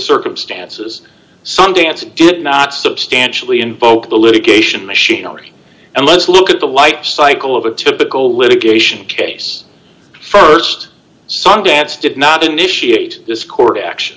circumstances sundance did not substantially invoke the litigation machinery and let's look at the light cycle of a typical litigation case st sundance did not initiate this court action